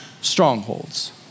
strongholds